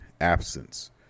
absence